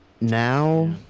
Now